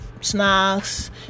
snacks